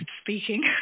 speaking